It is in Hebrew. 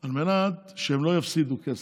על מנת שהם לא יפסידו כסף.